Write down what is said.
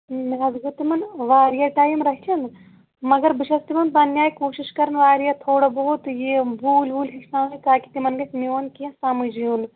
مےٚ حظ گوٚو تِمن واریاہ ٹایم رَچھان مَگر بہٕ چھَس تِمن پَنٕنہِ آیہِ کوٗشِش کران واریاہ تھوڑا بہت یِم بوٗلۍ ووٗلۍ ہیٚچھناوَن تاکہِ تِمن گژھِ تِمن گژھِ میٛون کیٚنٛہہ سَمجھ یُن